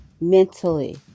mentally